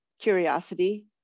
curiosity